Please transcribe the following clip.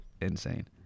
insane